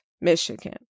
Michigan